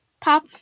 Pop